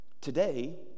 Today